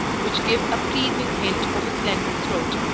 which give a pleasing hint of a slender throat,